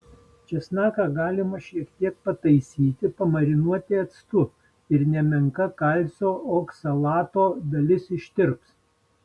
česnaką galima šiek tiek pataisyti pamarinuoti actu ir nemenka kalcio oksalato dalis ištirps